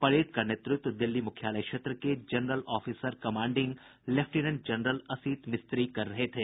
parade का नेतृत्व दिल्ली मुख्यालय क्षेत्र के general officer commanding lieutenant general Asit Mistry कर रहे थे